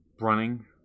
running